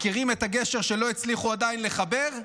מכירים את הגשר שלא הצליחו עדיין לחבר?